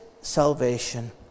salvation